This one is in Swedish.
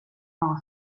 vad